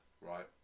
right